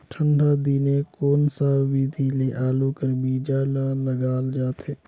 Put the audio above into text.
ठंडा दिने कोन सा विधि ले आलू कर बीजा ल लगाल जाथे?